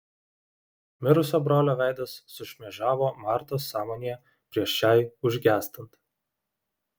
mirusio brolio veidas sušmėžavo martos sąmonėje prieš šiai užgęstant